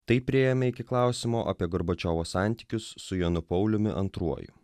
taip priėjome iki klausimo apie gorbačiovo santykius su jonu pauliumi antruoju